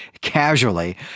casually